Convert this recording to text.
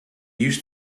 used